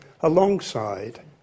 alongside